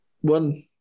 one